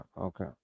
Okay